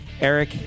Eric